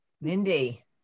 Mindy